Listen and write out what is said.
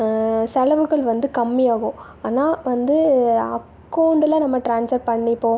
செலவுகள் வந்து கம்மியாகும் ஆனால் வந்து அக்கௌண்ட்டுல நம்ம டிரான்ஸ்ஃபர் பண்ணிப்போம்